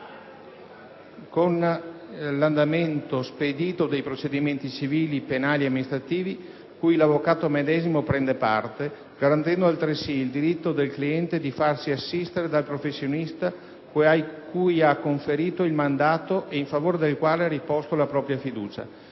con un andamento spedito dei procedimenti civili, penali e amministrativi cui l'avvocato medesimo prende parte, garantendo altresì il diritto del cliente di farsi assistere dal professionista cui ha conferito il mandato e in favore del quale ha riposto la propria fiducia,